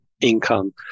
income